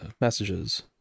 messages